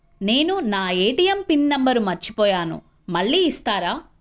నేను నా ATM pin number మర్చిపోయాను మళ్ళీ ఇస్తారా?